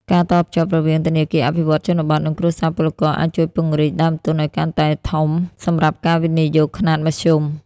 ការតភ្ជាប់រវាង "ធនាគារអភិវឌ្ឍន៍ជនបទ" និងគ្រួសារពលករ អាចជួយពង្រីកដើមទុនឱ្យកាន់តែធំសម្រាប់ការវិនិយោគខ្នាតមធ្យម។